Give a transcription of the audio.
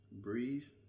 Breeze